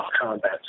combat